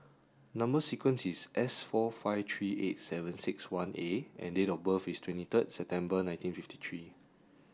number sequence is S four five three eight seven six one A and date of birth is twenty third September nineteen fifty three